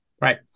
Right